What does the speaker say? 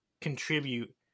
contribute